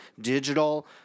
Digital